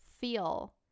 feel